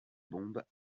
bombes